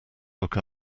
look